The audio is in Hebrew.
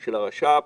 של הרש"פ.